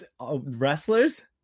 wrestlers